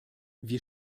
wir